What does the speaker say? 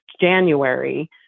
January